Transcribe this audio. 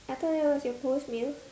I thought that was your post meal